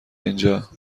اینجا